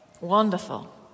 Wonderful